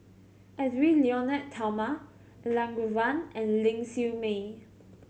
Edwy Lyonet Talma Elangovan and Ling Siew May